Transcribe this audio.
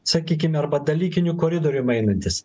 sakykim arba dalykiniu koridorium einantis